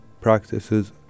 practices